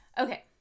Okay